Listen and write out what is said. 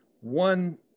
one